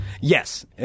Yes